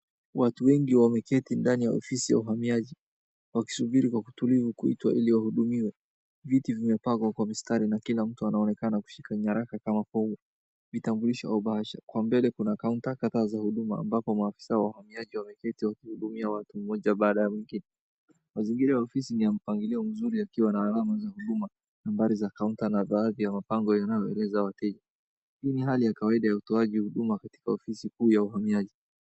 Watu wengi wameketi ndani ya ofisi ya uhamiaji wakisubiri kwa utulifu waitwe ili wahudumiwe. Viti vimepangwa kwa mistari na kila mtu anaonekana kushika nyaraka kama vitambulisho au bahasha. Kwa mbele kuna kaunta kadhaa za huduma ambapo maafisi wa uhamiaji wameketi wakihudumia watu mmoja baada ya mwingine. Mazingira ya ofisi ni ya mpangilio mzuri yakiwa na alama ya huduma, nambari za kaunta na baadhi ya mabango yanayoelezea wateja. Hii ni hali ya kawaida ya utoaji huduma katika ofisi kuu ya uhamiaji.